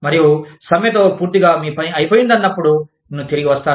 మరియు సమ్మెతో పూర్తిగా మీ పని అయిపోయిందన్నపుడు నేను తిరిగి వస్తాను